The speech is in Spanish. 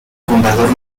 fundador